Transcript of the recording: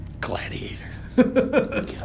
Gladiator